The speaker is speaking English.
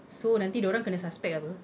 so nanti dia orang kena suspect apa